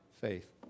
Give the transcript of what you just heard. faith